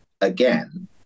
again